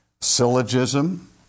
syllogism